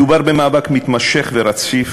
מדובר במאבק מתמשך ורציף,